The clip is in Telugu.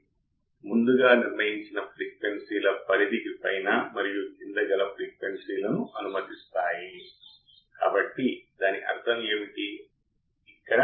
β లో చిన్న మార్పు కారణంగా ట్రాన్సిస్టర్ T1 మరియు T2 ల మధ్య చిన్న మార్పు ఉంటుంది